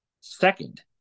Second